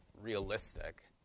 realistic